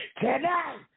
Tonight